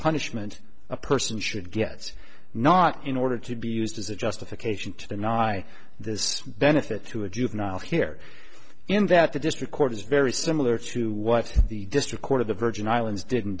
punishment a person should get not in order to be used as a justification to deny this benefit to a juvenile here in that the district court is very similar to what the district court of the virgin islands didn't